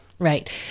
Right